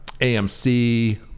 AMC